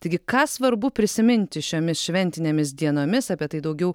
taigi ką svarbu prisiminti šiomis šventinėmis dienomis apie tai daugiau